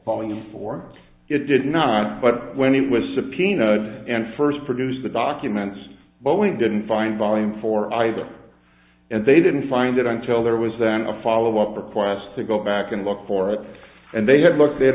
fallen before it did not but when he was subpoenaed and first produce the documents but we didn't find volume four either and they didn't find it until there was then a follow up or for us to go back and look for it and they had looked